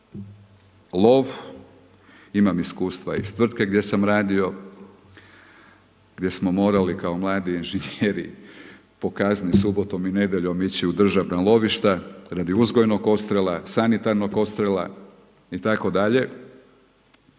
lov imam iskustva iz tvrtke gdje sam radio, gdje smo morali kao mladi inženjeri po kazni subotom i nedjeljom ići u državna lovišta radi uzgojnog odstrela, sanitarnog odstrela itd.